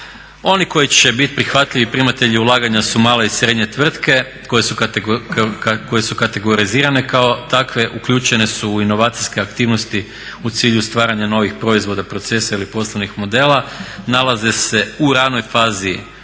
Oni koji će biti prihvatljivi primatelji ulaganja su male i srednje tvrtke koje su kategorizirane kao takve, uključene su u inovacijske aktivnosti u cilju stvaranja novih proizvoda, procesa ili poslovnih modela, nalaze se u ranoj fazi